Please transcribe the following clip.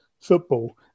football